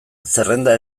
zerrenda